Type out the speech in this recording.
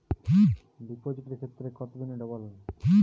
ডিপোজিটের ক্ষেত্রে কত দিনে ডবল?